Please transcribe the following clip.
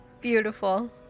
Beautiful